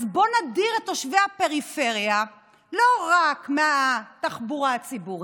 אז בואו נדיר את תושבי הפריפריה לא רק מהתחבורה הציבורית,